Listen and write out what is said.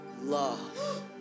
love